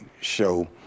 show